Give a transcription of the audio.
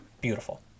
Beautiful